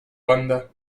banda